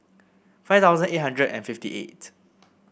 five thousand eight hundred and fifty eight